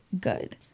good